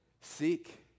seek